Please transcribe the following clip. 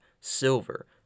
silver